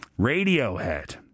Radiohead